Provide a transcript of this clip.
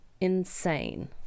insane